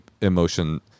emotion